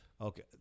Okay